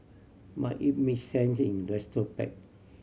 but it make sense in retrospect